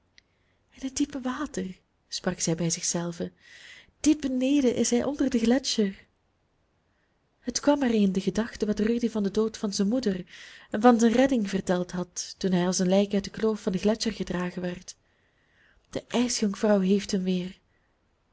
in het diepe water sprak zij bij zich zelve diep beneden is hij onder den gletscher het kwam haar in de gedachten wat rudy van den dood van zijn moeder en van zijn redding verteld had toen hij als een lijk uit de kloof van den gletscher gedragen werd de ijsjonkvrouw heeft hem weer